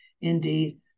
indeed